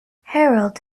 harald